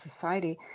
society